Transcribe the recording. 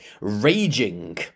Raging